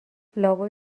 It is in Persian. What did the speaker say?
لابد